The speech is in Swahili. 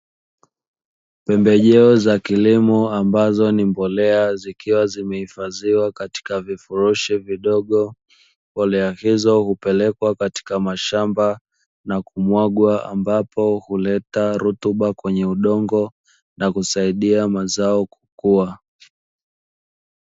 Pembejeo za kilimo ambazo ni mbolea zikiwa zimehifadhiwa katika vifurushi vidogo. Mbolea hizo hupelekwa katika mashamba na kumwagwa ambapo huleta rutuba kwenye udongo na kusaidia mazao kukuwa.